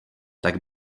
tak